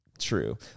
True